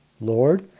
Lord